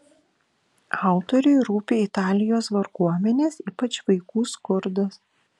autoriui rūpi italijos varguomenės ypač vaikų skurdas